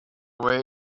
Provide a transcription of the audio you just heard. way